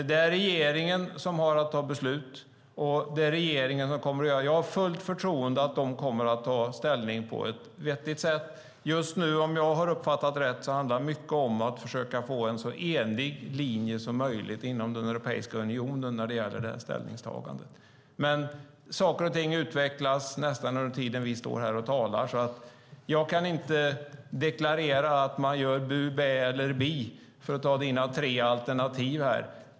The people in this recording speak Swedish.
Det är regeringen som har att fatta beslut. Jag har fullt förtroende för att den kommer att ta ställning på ett vettigt sätt. Om jag har fattat det hela rätt handlar mycket just nu om att försöka få en så enig linje som möjligt i Europeiska unionen när det gäller det här ställningstagandet. Saker och ting utvecklas nästan under tiden vi står här och talar. Jag kan inte deklarera att man gör bu, bä eller bi, för att ta dina tre alternativ.